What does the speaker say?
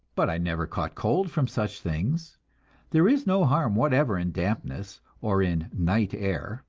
but i never caught cold from such things there is no harm whatever in dampness or in night air,